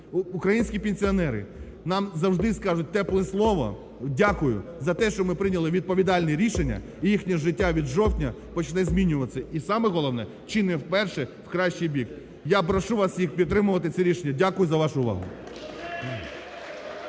українські пенсіонери нам завжди скажуть тепле слово, дякую, за те, що ми прийняли відповідальне рішення, і їхнє життя від жовтня почне змінюватись. І саме головне, чи не вперше, в кращий бік. Я прошу вас всіх підтримувати це рішення. Дякую за вашу увагу.